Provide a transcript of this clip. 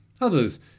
Others